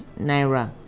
naira